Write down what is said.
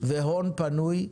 והון פנוי,